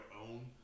own